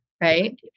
right